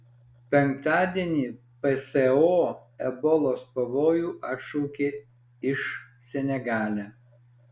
penktadienį pso ebolos pavojų atšaukė iš senegale